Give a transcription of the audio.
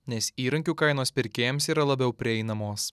nes įrankių kainos pirkėjams yra labiau prieinamos